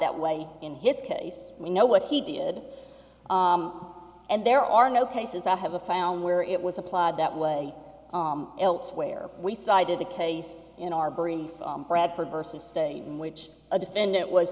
that way in his case we know what he did and there are no cases that have a found where it was applied that way elsewhere we cited a case in our brief bradford versus state in which a defendant was